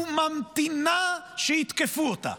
וממתינה שיתקפו אותה,